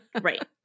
Right